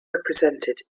represented